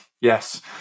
Yes